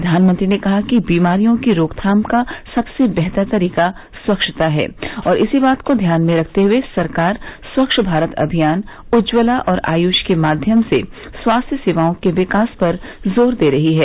प्रधानमंत्री ने कहा कि बीमारियों की रोकथाम का सबसे बेहतर तरीका स्वच्छता है और इसी बात को ध्यान में रखते हुए सरकार स्वच्छ भारत अमियान उज्ज्वला और आय्ष के माध्यम से स्वास्थ्य सेवाओं के विकास पर जोर दे रही है